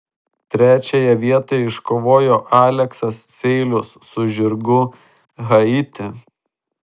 trečiąją vietą iškovojo aleksas seilius su žirgu haiti